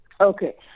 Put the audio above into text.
Okay